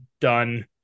done